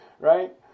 right